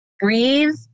breathe